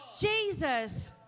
Jesus